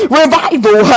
revival